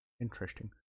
interesting